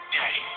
day